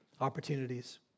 opportunities